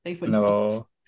no